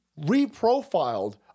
reprofiled